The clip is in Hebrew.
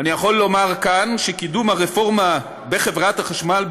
אני יכול לומר כאן שקידום הרפורמה בחברת החשמל,